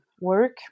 work